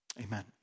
Amen